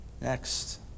Next